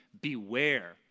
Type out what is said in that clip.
beware